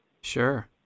Sure